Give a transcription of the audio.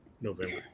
November